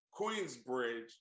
Queensbridge